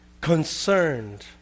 concerned